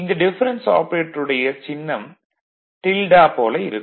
இந்த டிஃபரென்ஸ் ஆபரேட்டருடைய சின்னம் டில்டா போல இருக்கும்